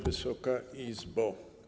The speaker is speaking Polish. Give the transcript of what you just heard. Wysoka Izbo!